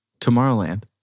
Tomorrowland